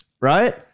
right